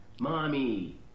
mommy